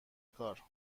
کار